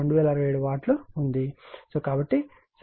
కాబట్టి ఇది సరిపోతుంది